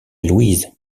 louise